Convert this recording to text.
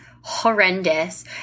horrendous